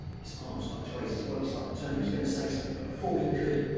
his arms started to race, his body started to turn, he was gonna say something but before he could,